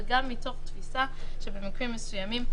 אבל גם מתוך תפיסה שבמקרים מסוימים,